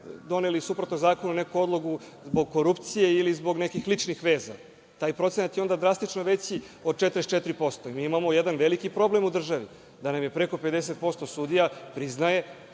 doneli suprotno zakonu neku odluku zbog korupcije ili zbog nekih ličnih veza? Taj procenat je onda drastično veći od 44%. Mi imamo jedan veliki problem u državi, da nam preko 50% sudija priznaje